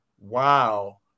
wow